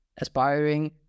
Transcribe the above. aspiring